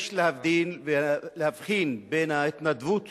יש להבדיל ולהבחין בין ההתנדבות